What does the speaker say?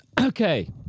Okay